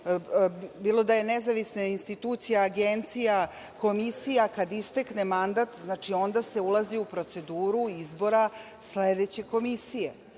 bilo da je nezavisna institucija, agencija, komisija, kada istekne mandat, onda se ulazi u proceduru izbora sledeće komisije